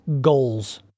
GOALS